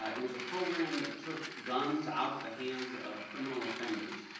it was a program that took guns out of the hands of criminal offenders.